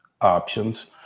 options